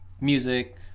music